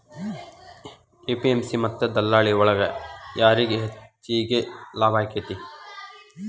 APMC ಮತ್ತ ದಲ್ಲಾಳಿ ಒಳಗ ಯಾರಿಗ್ ಹೆಚ್ಚಿಗೆ ಲಾಭ ಆಕೆತ್ತಿ?